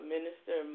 Minister